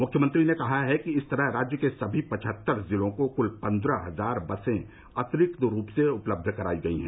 मुख्यमंत्री ने कहा कि इस तरह राज्य के सभी पचहत्तर जिलों को कुल पंद्रह हजार बसें अतिरिक्त रूप से उपलब्ध कराई गई हैं